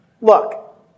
Look